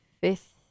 fifth